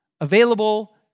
available